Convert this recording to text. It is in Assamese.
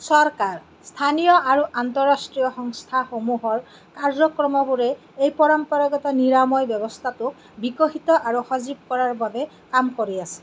চৰকাৰ স্থানীয় আৰু আন্তঃৰাষ্ট্ৰীয় সংস্থাসমূহৰ কাৰ্যক্ৰমবোৰে এই পৰম্পৰাগত নিৰাময় ব্যৱস্থাটোক বিকশিত আৰু সজীৱ কৰাৰ বাবে কাম কৰি আছে